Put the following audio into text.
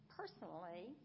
personally